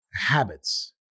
habits